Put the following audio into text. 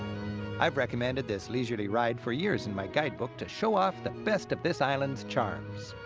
i've recommended this leisurely ride for years in my guidebook to show off the best of this island's charms.